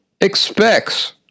expects